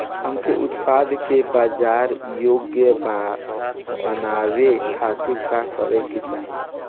हमके उत्पाद के बाजार योग्य बनावे खातिर का करे के चाहीं?